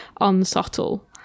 unsubtle